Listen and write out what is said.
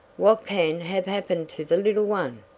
what can have happened to the little one?